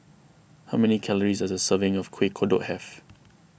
how many calories does a serving of Kuih Kodok have